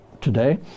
today